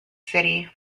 city